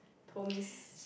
told me